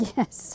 Yes